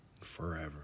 forever